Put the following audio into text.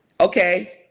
okay